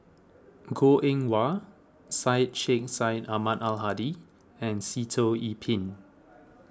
Goh Eng Wah Syed Sheikh Syed Ahmad Al Hadi and Sitoh Yih Pin